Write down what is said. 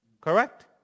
Correct